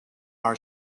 our